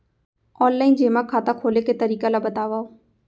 Online जेमा खाता खोले के तरीका ल बतावव?